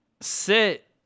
sit